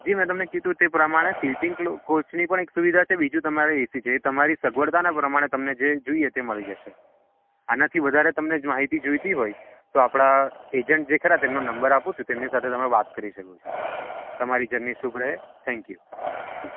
જી મેં તમને કીધું તે પ્રમાણે સ્લીપિંગ કોચની પણ એક સુવિધા છે બીજું તમારે એસી છે એ તમારી સગવડતાનાં પ્રમાણે તમને જે જોઈએ તે મળી જશે આનાથી વધારે તમને માહિતી જોઈતી હોય તો આપણા એજન્ટ જે ખરા તેમનો નંબર આપું છું તેમની સાથે તમે વાત કરી શકો છો તમારી જર્ની શુભ રહે થેન્ક યુ જી